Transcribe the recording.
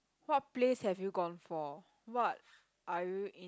what place have you gone for what are you in~